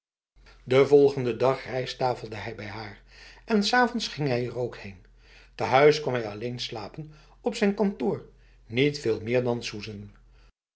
de volgende dag rijsttafelde hij bij haar en s avonds ging hij er ook heen te huis kwam hij alleen slapen op zijn kantoor niet veel meer dan